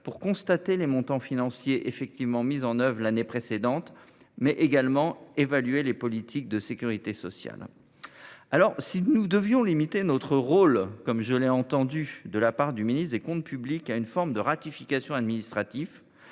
de constater les montants financiers effectivement mis en œuvre l’année précédente, mais également d’évaluer les politiques de sécurité sociale. Si nous devions limiter notre rôle, comme l’a suggéré le ministre délégué chargé des comptes publics, à une forme de ratification administrative,